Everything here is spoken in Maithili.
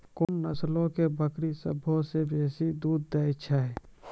कोन नस्लो के बकरी सभ्भे से बेसी दूध दै छै?